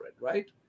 right